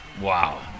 Wow